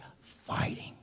fighting